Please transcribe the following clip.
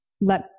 let